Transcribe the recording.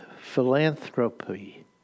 philanthropy